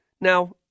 Now